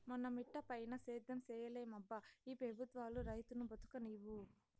మన మిటపైన సేద్యం సేయలేమబ్బా ఈ పెబుత్వాలు రైతును బతుకనీవు